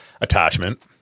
Attachment